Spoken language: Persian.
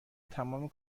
تمام